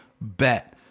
bet